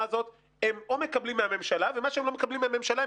הזאת או שהם מקבלים מהממשלה ומה שהם לא מקבלים מהממשלה,